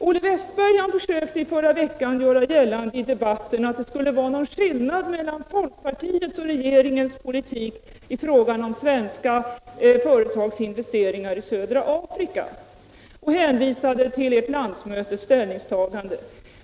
Olle Wästberg försökte förra veckan göra gällande i debatten att det skulle vara någon skillnad mellan folkpartiets och regeringens politik i fråga om svenska företags investeringar i södra Afrika, och han hänvisade till ert landsmötes ställningstagande.